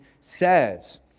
says